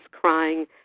crying